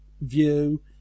view